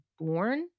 born